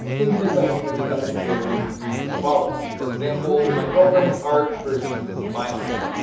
things made by humans come in varying degrees of quality. for example, my girlfriend's art versus my art.